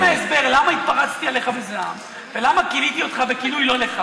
חלק מההסבר למה התפרצתי עליך בזעם ולמה כיניתי אותך בכינוי לא לך